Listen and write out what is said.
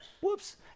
Whoops